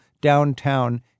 downtown